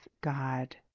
God